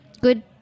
good